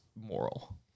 moral